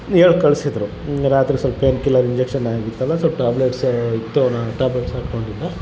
ಹೇಳ್ ಕಳಿಸಿದ್ರು ರಾತ್ರಿ ಸ್ವಲ್ಪ ಪೇಯ್ನ್ ಕಿಲ್ಲರ್ ಇಂಜೆಕ್ಷನ್ ಹಾಕಿತ್ತಲ ಸ್ವಲ್ಪ್ ಟ್ಯಾಬ್ಲೆಟ್ಸ್ ಇತ್ತು ಆ ಟ್ಯಾಬ್ಲೆಟ್ಸ್ ಹಾಕೊಂಡಿದ್ದ